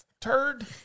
turd